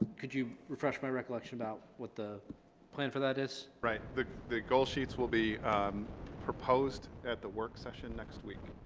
could you refresh my recollection about what the plan for that is right the the goal sheets will be proposed at the work session next week